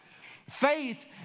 Faith